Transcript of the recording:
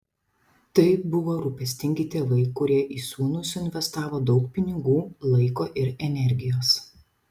tai buvo rūpestingi tėvai kurie į sūnų suinvestavo daug pinigų laiko ir energijos